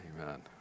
Amen